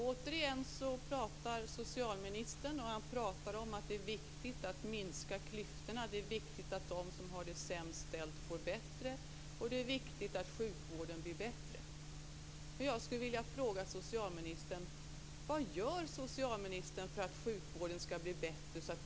Fru talman! Chris Heister borde fundera lite innan hon går vidare i debatten. Beslutet om de s.k. Perssonpengarna fattades i den här kammaren med medverkan av Chris Heister. Men hon röstade emot.